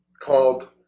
called